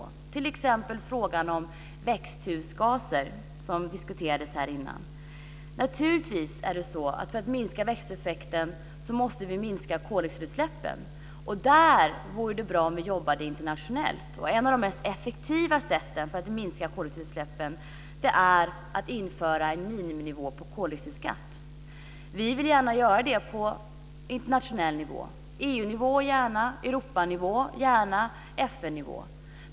Det gäller t.ex. frågan om växthusgaser som diskuterades här tidigare. För att minska växthuseffekten måste vi naturligtvis minska koldioxidutsläppen. Där vore det bra om vi jobbade internationellt. Ett av de mest effektiva sätten att minska koldioxidutsläppen är att införa en miniminivå på koldioxidskatt. Vi vill gärna göra det internationellt på EU-nivå, Europanivå och FN-nivå.